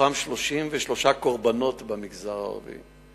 מתוכם 33 קורבנות במגזר הערבי.